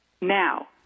Now